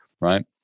right